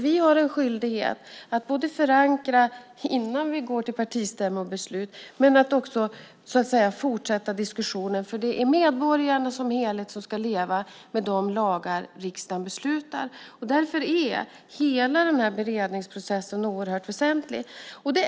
Vi har en skyldighet att förankra innan vi går till partistämmobeslut och sedan fortsätta diskussionen. Det är medborgarna som helhet som ska leva med de lagar riksdagen beslutar om. Därför är hela den här beredningsprocessen oerhört väsentlig.